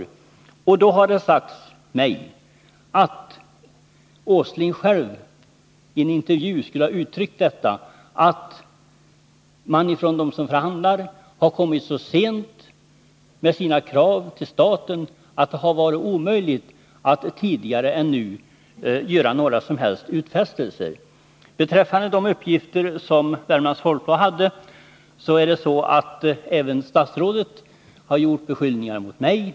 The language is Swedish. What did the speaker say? I detta sammanhang har det sagts mig att Nils Åsling själv i en intervju skulle ha uttalat att de som förhandlar kommit så sent med sina krav till staten att det har varit omöjligt att tidigare än nu göra några som helst utfästelser. Beträffande uppgifterna i Värmlands Folkblad är det så att även statsrådet har riktat beskyllningar mot mig.